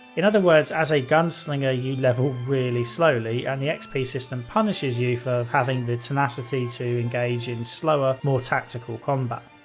in other words, as a gunslinger you level really slowly and the xp system punishes you for having the tenacity to engage in slower, more tactical combat.